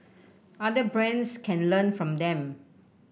other brands can learn from them